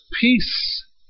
Peace